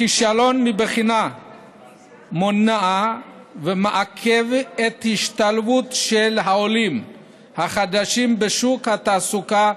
הכישלון בבחינה מונע ומעכב את ההשתלבות של העולים החדשים בשוק התעסוקה,